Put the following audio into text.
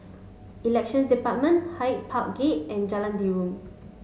Elections Department Hyde Park Gate and Jalan Derum